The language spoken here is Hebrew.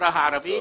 בחברה הערבית.